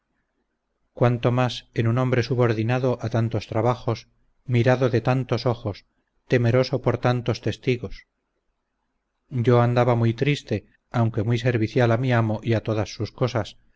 cuanto más en un hombre subordinado a tantos trabajos mirado de tantos ojos temeroso por tantos testigos yo andaba muy triste aunque muy servicial a mi amo y a todas sus cosas